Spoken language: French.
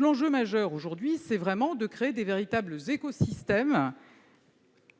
l'enjeu majeur est de créer de véritables écosystèmes